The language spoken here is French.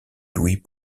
louis